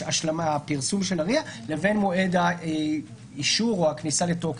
הפרסום של הרי"ע לבין מועד האישור או הכניסה לתוקף.